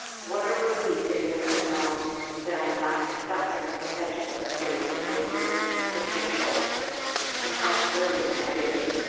what a relief it is to know that i'm not stuck in a perpetual state of wasted potential and how brilliant that is.